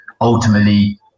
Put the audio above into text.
ultimately